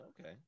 Okay